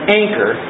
anchor